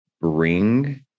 bring